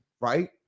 right